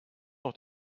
noch